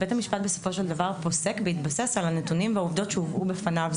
בית המשפט בסופו של דבר פוסק בהתבסס על הנתונים והעובדות שהובאו בפניו.